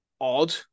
odd